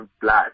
blood